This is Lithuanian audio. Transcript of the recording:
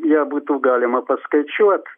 ją būtų galima paskaičiuot